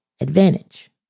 advantage